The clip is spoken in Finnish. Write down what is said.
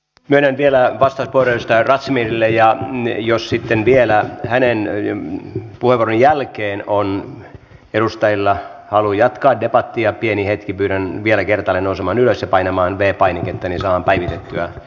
myönnän vielä vastauspuheenvuoron edustaja razmyarille ja jos sitten vielä hänen puheenvuoronsa jälkeen on edustajilla halu jatkaa debattia pieni hetki pyydän vielä kertaalleen nousemaan ylös ja painamaan v painiketta niin saadaan päivitettyä halut